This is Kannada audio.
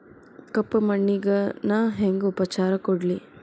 ಕಪ್ಪ ಮಣ್ಣಿಗ ನಾ ಹೆಂಗ್ ಉಪಚಾರ ಕೊಡ್ಲಿ?